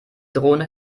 drohende